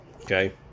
Okay